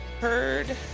heard